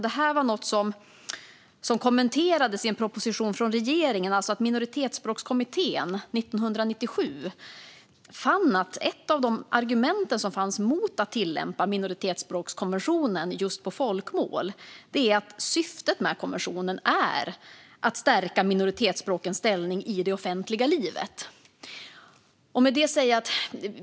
Det här var något som kommenterades i en proposition från regeringen. Minoritetsspråkskommittén 1997 fann att ett av de argument som finns mot att tillämpa minoritetsspråkskonventionen på folkmål är att syftet med den konventionen är att stärka minoritetsspråkens ställning i det offentliga livet.